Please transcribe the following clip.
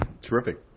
Terrific